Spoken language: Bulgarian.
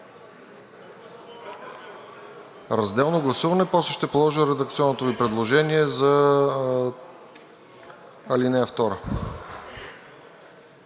Разделно гласуване, после ще подложа редакционното Ви предложение за ал. 2.